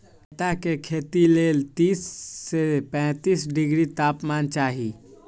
कैता के खेती लेल तीस से पैतिस डिग्री तापमान चाहि